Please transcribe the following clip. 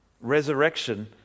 Resurrection